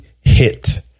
hit